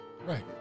right